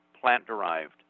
plant-derived